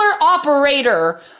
operator